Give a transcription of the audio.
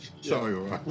Sorry